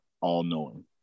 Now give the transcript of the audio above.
all-knowing